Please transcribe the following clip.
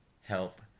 help